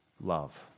love